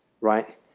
Right